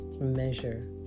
Measure